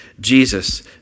Jesus